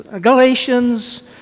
Galatians